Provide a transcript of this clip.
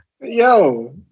yo